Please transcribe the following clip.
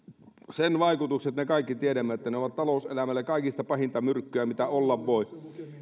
sen vaikutukset me kaikki tiedämme että ne ovat talouselämälle kaikista pahinta myrkkyä mitä olla voi